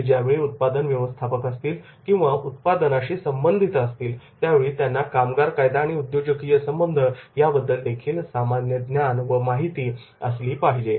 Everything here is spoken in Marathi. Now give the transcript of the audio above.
ते ज्यावेळी उत्पादन व्यवस्थापक असतील किंवा उत्पादनाशी संबंधित असतील त्यावेळी त्यांना कामगार कायदा आणि उद्योजकीय संबंध याबद्दलदेखील सामान्य ज्ञान व माहिती असली पाहिजे